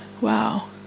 wow